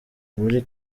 muri